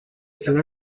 cela